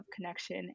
connection